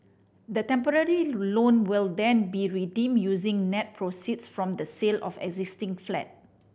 the temporary loan will then be redeemed using net proceeds from the sale of the existing flat